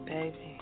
Baby